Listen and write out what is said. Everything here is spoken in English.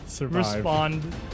respond